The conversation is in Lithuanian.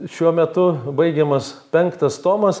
šiuo metu baigiamas penktas tomas